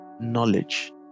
knowledge